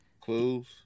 Clues